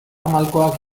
malkoak